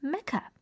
Mecca